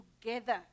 together